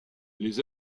les